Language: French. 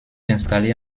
installées